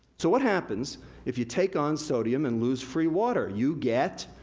so what happens if you take on sodium and lose free water, you get.